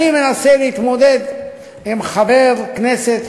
אני מנסה להתמודד עם חבר כנסת